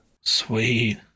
Sweet